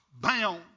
bound